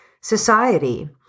society